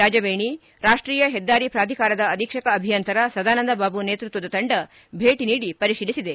ರಾಜವೇಣಿ ರಾಷ್ಟೀಯ ಹೆದ್ದಾರಿ ಪ್ರಾಧಿಕಾರದ ಅಧೀಕ್ಷಕ ಅಭಿಯಂತರ ಸದಾನಂದ ಬಾಬು ನೇತೃತ್ವದ ತಂಡ ಭೇಟಿ ನೀಡಿ ಪರಿತೀಲಿಸಿದೆ